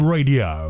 Radio